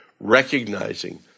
Recognizing